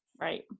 Right